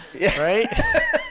right